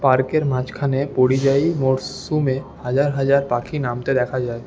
পার্কের মাঝখানে পরিযায়ী মরশুমে হাজার হাজার পাখি নামতে দেখা যায়